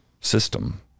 system